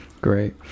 Great